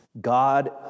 God